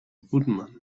woodman